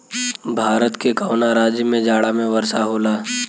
भारत के कवना राज्य में जाड़ा में वर्षा होला?